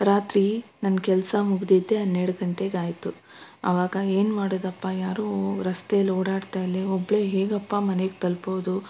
ರಾತ್ರಿ ನನ್ನ ಕೆಲಸ ಮುಗಿದಿದ್ದೆ ಹನ್ನೆರಡು ಗಂಟೆಗೆ ಆಯಿತು ಆವಾಗ ಏನು ಮಾಡೋದಪ್ಪ ಯಾರೂ ರಸ್ತೆಯಲ್ಲಿ ಓಡಾಡ್ತ ಇಲ್ಲ ಒಬ್ಬಳೇ ಹೇಗಪ್ಪ ಮನೆಗೆ ತಲ್ಪೋದು